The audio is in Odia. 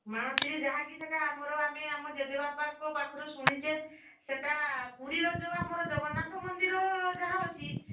ମାଣତ୍ରୀରେ ଯାହାକି ସେଇଟା ଆମେ ଆମର ଜେଜେ ବାପାଙ୍କ ପାଖରୁ ଶୁଣିଛେ ସେଇଟା ପୁରୀର ଯେଉଁ ଆମର ଜଗନ୍ନାଥ ମନ୍ଦିର ଯାହା ଅଛି